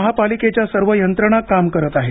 महापालिकेच्या सर्व यंत्रणा काम करत आहे